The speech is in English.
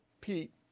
Pete